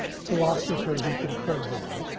philosopher who can program.